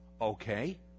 Okay